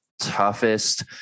toughest